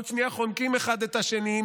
עוד שנייה חונקים אחד את השני,